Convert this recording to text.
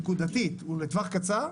נקודתית ולטווח קצר.